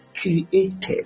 created